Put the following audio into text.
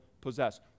possess